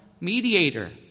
mediator